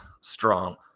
strong